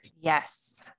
Yes